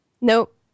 Nope